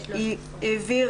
ב-13 בערב